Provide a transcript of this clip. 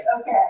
Okay